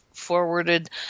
forwarded